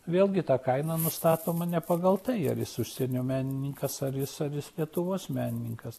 vėlgi ta kaina nustatoma ne pagal tai ar jis užsienio menininkas ar jis ar jis lietuvos menininkas